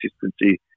consistency